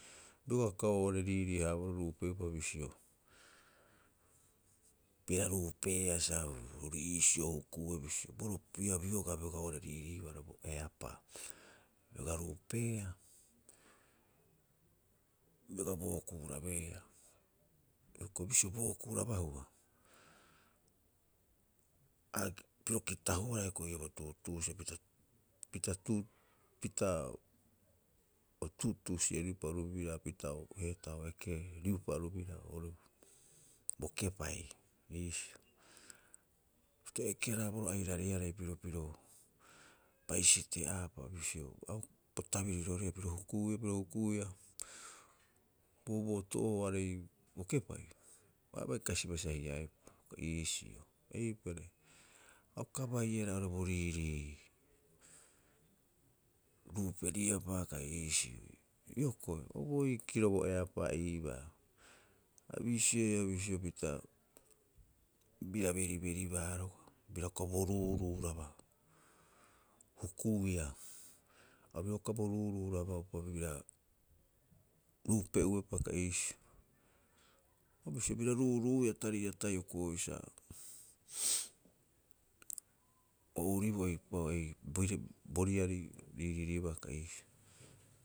Bioga uka oo'ore riirii- haaboroo ruupe'opa bisio, bira ruupeea sa ori iisio huku'ue bisio bo ro opii'a biogaa bioga oo'ore riiriibaa bo eapaa. Bioga ruupeea, bioga bo okuu rabeea, hioko'i bisio bo okuurabahua a piro kitahuara hiokoi ii'oo bo tuutuusie pita pita o tuutuusieriupa oru biraa pita heetaa o ekeripa oru biraa oo'ore bo kepai iisio. Pita o eke- haraaboroo airariarei pirio piro baisi tea'aapa bisio au bo tabiriroriarei piro hukuia, piro hukuia, bo booboto'ooarei bo kepai, o abai kasibaa sa hiaepuhe uka iisio. Eipare, a uka baiehara oo'ore bo riirii ruuperiepa kai iisi. Hioko'i o boikiro bo eapaa iibaa, a bisioea bisio pita bira beriberibaa rogaa, bira uka bo ru'uru'uraba hukuia. Ha bira uka bo ruuruu'uraba'upa biraa ruupe'uepe kai iisio. O bisio bira ruuruu'uia tari'ata, hioko'i sa o ouribii eipa'oo bo riari a riiriiribaa kai iisio.